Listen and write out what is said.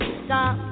stop